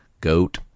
Goat